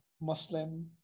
Muslim